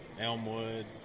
Elmwood